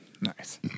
Nice